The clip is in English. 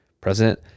president